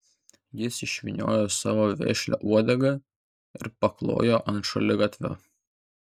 jis išvyniojo savo vešlią uodegą ir paklojo ant šaligatvio